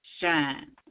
Shine